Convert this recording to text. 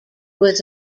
was